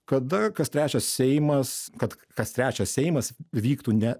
kada kas trečias seimas kad kas trečias seimas vyktų ne